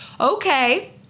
Okay